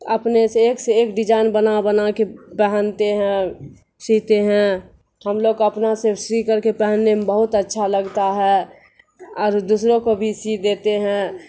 اپنے سے ایک سے ایک ڈیزائن بنا بنا کے پہنتے ہیں سیتے ہیں ہم لوگ اپنا سے سی کر کے پہننے میں بہت اچھا لگتا ہے اور دوسر وں کو بھی سی دیتے ہیں